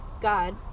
God